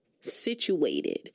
situated